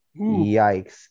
Yikes